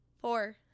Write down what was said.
Four